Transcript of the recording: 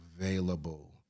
available